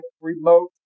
remote